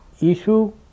Issue